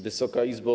Wysoka Izbo!